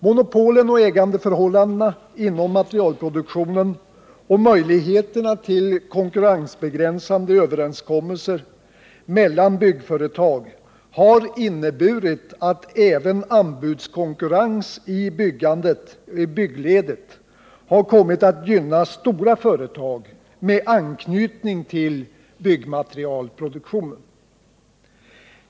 Monopolen och ägandeförhållandena inom materialproduktionen och möjligheterna till konkurrensbegränsande överenskommelser mellan byggföretag har inneburit att även anbudskonkurrens i byggledet kommit att gynna stora företag med anknytning till byggmaterialproduktionen.